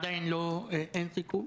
עדיין אין סיכום.